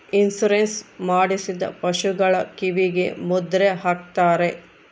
insurance ಮಾಡಿಸಿದ ಪಶುಗಳ ಕಿವಿಗೆ ಮುದ್ರೆ ಹಾಕ್ತಾರೆ